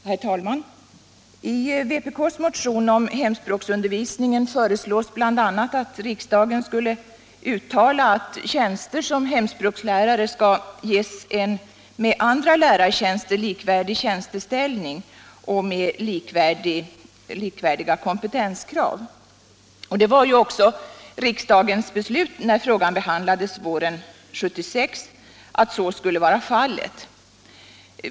Herr talman! I vpk:s motion om hemspråksundervisningen föreslås bl.a. att riksdagen uttalar att tjänster som hemspråkslärare skall ges en med andra lärartjänster likvärdig tjänsteställning med likvärdiga kompetenskrav. Det var också riksdagens beslut, när frågan behandlades våren 1976, att så skulle vara fallet.